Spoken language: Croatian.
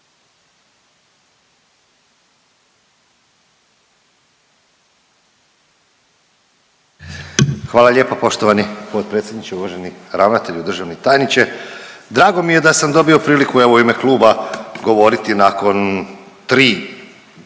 Hvala lijepa poštovani potpredsjedniče. Uvaženi ravnatelju, državni tajniče. Drago mi je da sam dobio priliku evo u ime kluba govoriti nakon tri žene